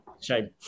shame